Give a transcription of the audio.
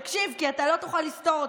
תקשיב, כי אתה לא תוכל לסתור אותם,